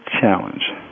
challenge